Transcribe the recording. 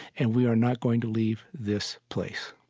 and we are not going to leave this place.